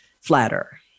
flatter